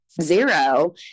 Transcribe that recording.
zero